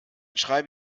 schreibe